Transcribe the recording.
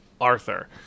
Arthur